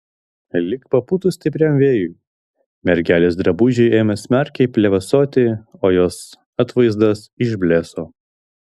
lyg papūtus stipriam vėjui mergelės drabužiai ėmė smarkiai plevėsuoti o jos atvaizdas išblėso